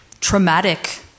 traumatic